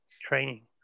training